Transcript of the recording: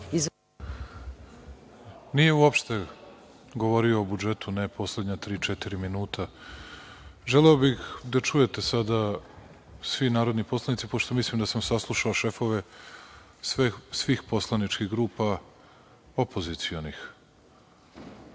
Nije uopšte govorio o budžetu, a ne poslednja tri-četiri minuta. Želeo bih da čujete sada, svi narodni poslanici, pošto mislim da sam saslušao šefove svih poslaničkih grupa opozicionih,